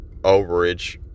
overage